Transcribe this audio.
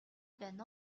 байна